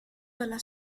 dalla